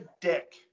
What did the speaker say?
dick